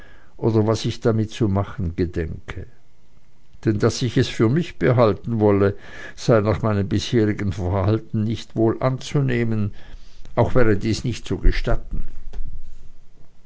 oder was ich damit zu machen gedenke denn daß ich es für mich behalten wolle sei nach meinem bisherigen verhalten nicht wohl anzunehmen auch wäre dies nicht zu gestatten